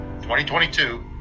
2022